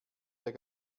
der